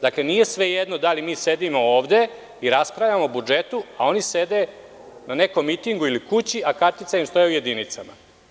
Dakle, nije svejedno da li mi sedimo ovde i raspravljao o budžetu, a oni sede na nekom mitingu ili kući, a kartice im stoje u jedinicama.